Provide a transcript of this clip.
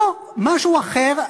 לא, משהו אחר.